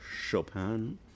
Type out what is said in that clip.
Chopin